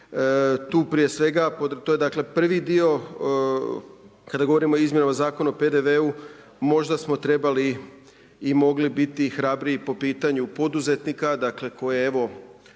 tu prije svega, to je dakle prvi dio, kada govorimo o izmjenama zakona o PDV-u možda smo trebali i mogli biti hrabriji po pitanju poduzetnika koje evo,